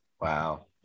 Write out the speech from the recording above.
Wow